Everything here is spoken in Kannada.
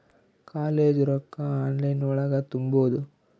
ಕಾಲೇಜ್ ರೊಕ್ಕ ಆನ್ಲೈನ್ ಒಳಗ ತುಂಬುದು?